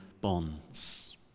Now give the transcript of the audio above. bonds